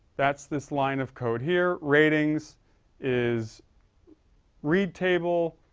that's this line of code here. ratings is read table.